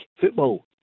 football